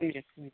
ह